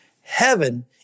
heaven